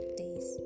days